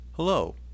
Hello